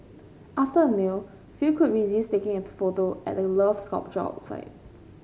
after a meal few could resist taking a photo at the Love sculpture outside